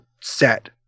set